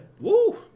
Woo